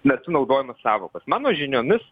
metu naudojamos sąvokos mano žiniomis